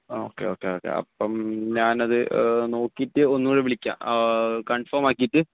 okay okay okay അപ്പം ഞാനത് നോക്കിയിട്ട് ഒന്നുംകൂടെ വിളിക്കാം കൺഫോമ് ആക്കിയിട്ട്